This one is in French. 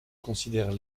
considère